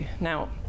Now